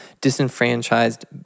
disenfranchised